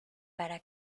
para